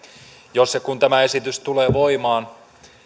jos ja kun tämä esitys tulee voimaan